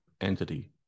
entity